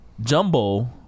Jumbo